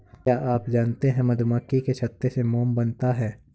क्या आप जानते है मधुमक्खी के छत्ते से मोम बनता है